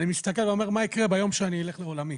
אני מסתכל ואומר מה יקרה ביום שאני אלך לעולמי,